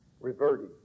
reverted